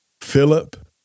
Philip